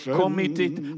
committed